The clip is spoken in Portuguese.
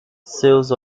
seus